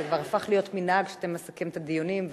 זה כבר הפך להיות מנהג שאתה מסכם את הדיונים,